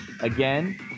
again